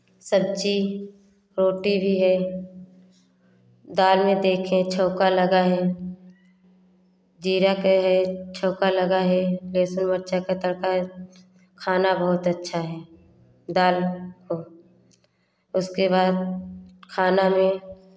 सब्ज़ी रोटी भी है दाल में देखें छौंक लगा है जीरा का है छौंक लगा है लहसुन मिर्च का तड़का है खाना बहुत अच्छा है दाल तो उसके बाद खाना में